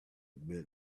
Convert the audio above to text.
bent